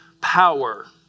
power